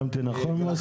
סיכמתי נכון, מוסי?